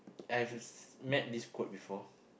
I've ris~ met this quote before